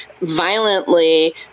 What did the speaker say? violently